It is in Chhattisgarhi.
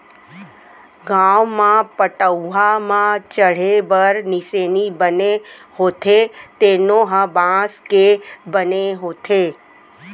गाँव म पटअउहा म चड़हे बर निसेनी बने होथे तेनो ह बांस के बने होथे